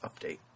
update